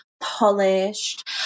polished